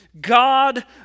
God